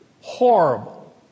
horrible